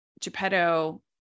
Geppetto